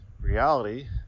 reality